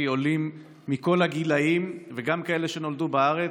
עולים מכל הגילים וגם כאלה שנולדו בארץ,